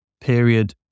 period